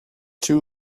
two